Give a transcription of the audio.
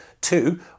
two